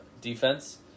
defense